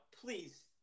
please